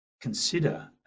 consider